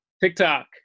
TikTok